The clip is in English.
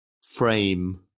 frame